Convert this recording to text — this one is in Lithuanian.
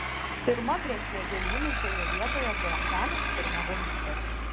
pirma grėsmė gėlynui šioje vietoje buvo kelios kurmio duobytės